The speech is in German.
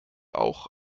auch